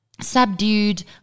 subdued